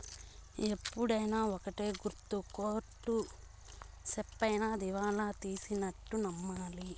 ఎప్పుడైనా ఒక్కటే గుర్తు కోర్ట్ సెప్తేనే దివాళా తీసినట్టు నమ్మాలి